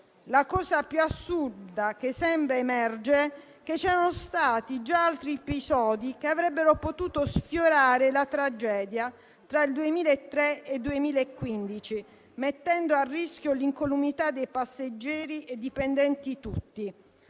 La cosa più assurda che sembra emergere è che c'erano già stati altri episodi che avrebbero potuto sfiorare la tragedia tra il 2003 e il 2015, mettendo a rischio l'incolumità dei passeggeri e dipendenti tutti.